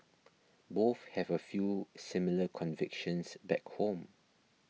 both have a few similar convictions back home